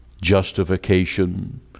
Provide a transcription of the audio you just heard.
justification